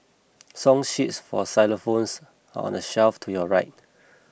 song sheets for xylophones are on the shelf to your right